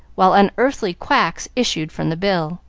while unearthly quacks issued from the bill.